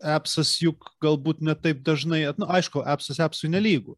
apsas juk galbūt ne taip dažnai aišku apsas apsui nelygu